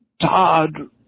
Todd